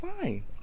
fine